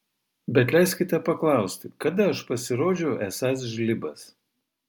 bet leiskite paklausti kada aš pasirodžiau esąs žlibas